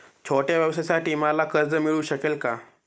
छोट्या व्यवसायासाठी मला कर्ज मिळू शकेल का?